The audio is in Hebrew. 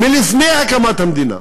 מלפני הקמת המדינה.